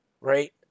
right